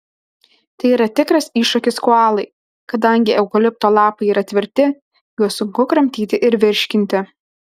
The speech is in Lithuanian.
tai yra tikras iššūkis koalai kadangi eukalipto lapai yra tvirti juos sunku kramtyti ir virškinti